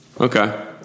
Okay